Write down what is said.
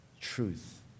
truth